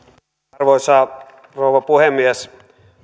arvoisa rouva puhemies